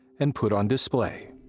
and put on display.